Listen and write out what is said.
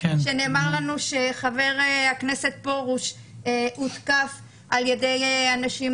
נאמר לנו שחבר הכנסת פרוש הותקף על ידי אנשים